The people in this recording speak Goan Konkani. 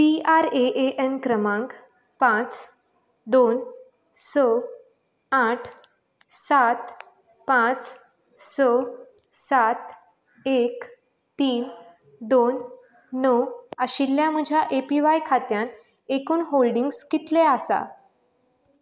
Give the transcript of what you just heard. P R A A N क्रमांक पांच दोन स आठ सात पांच स सात एक तीन दोन णव आशिल्ल्या म्हज्या ए पी व्हाय खात्यांत एकूण होल्डिंग्स कितलें आसा